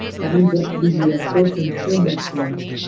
i believe this should be the ah first and foremost thing.